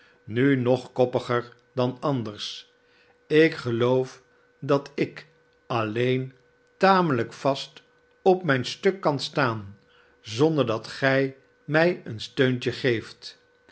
nu nog koppiger dan anders a ik geloof dat ik alleen tamelijk vast op mijn stuk kan staan zonder dat gij mij een steuntje geeft